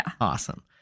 Awesome